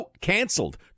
canceled